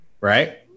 right